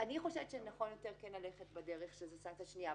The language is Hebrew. אני חושבת שנכון יותר כן ללכת בדרך שזו סנקציה שנייה.